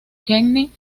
kenny